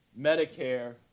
Medicare